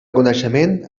coneixement